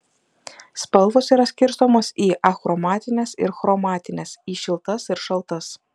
spalvos yra skirstomos į achromatines ir chromatines į šiltas ir šaltas